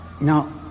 Now